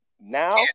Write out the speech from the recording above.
now